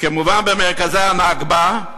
כמובן, במרכזם הנכבה,